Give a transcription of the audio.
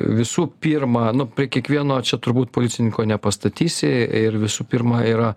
visų pirma nu prie kiekvieno čia turbūt policininko nepastatysi ir visų pirma yra